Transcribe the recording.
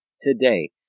today